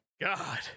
god